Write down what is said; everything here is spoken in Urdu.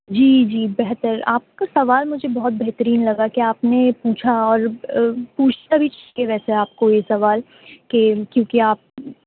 جی جی بہتر آپ کا سوال مجھے بہت بہترین لگا کہ آپ نے پوچھا اور پوچھنا بھی چاہیے ویسے آپ کو یہ سوال کہ کیوںکہ آپ